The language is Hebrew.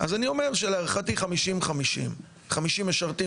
אז אני אומר שלהערכתי 50/50. 50 משרתים